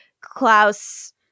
Klaus